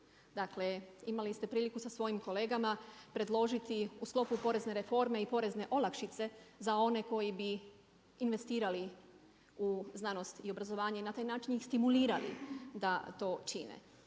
Dakle imali ste priliku sa svojim kolegama predložiti u sklopu porezne reforme i porezne olakšice za one koji bi investirali u znanosti i obrazovanje i na taj način ih stimulirali da to čine.